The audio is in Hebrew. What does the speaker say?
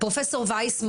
פרופסור וייס,